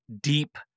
deep